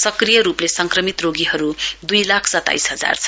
सक्रिय रूपले संक्रमित रोगीहरू दुइ लाख सताइस हजार छन्